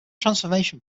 transformation